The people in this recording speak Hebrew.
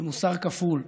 ומוסר כפול,